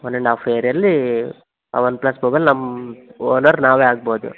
one and half ಇಯರಲ್ಲಿ ಆ OnePlus mobile ನಮ್ಮ ಓನರ್ ನಾವೇ ಆಗ್ಬೋದು